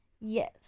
yes